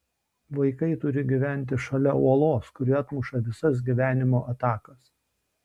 vaikai turi gyventi šalia uolos kuri atmuša visas gyvenimo atakas